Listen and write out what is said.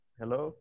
hello